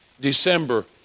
December